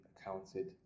accounted